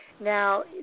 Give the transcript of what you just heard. Now